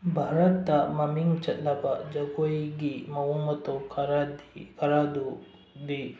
ꯚꯥꯔꯠꯇ ꯃꯃꯤꯡ ꯆꯠꯂꯕ ꯖꯒꯣꯏꯒꯤ ꯃꯑꯣꯡ ꯃꯇꯧ ꯈꯔꯗꯨꯗꯤ